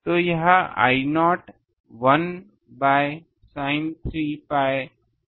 तो यह I0 one by sin 3 pi 2 N plus 1 है